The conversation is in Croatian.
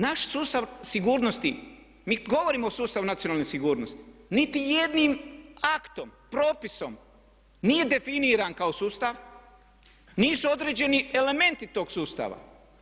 Naš sustav sigurnosti, mi govorimo o sustavu nacionalne sigurnosti, niti jednim aktom, propisom nije definiran kao sustav, nisu određeni elementi tog sustava.